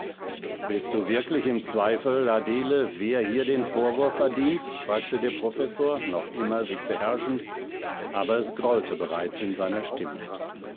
bist du wirklich im zweifel adele wer hier den vorwurf verdient fragte der professor noch immer sich beherrschend aber es grollte bereits in seiner stimme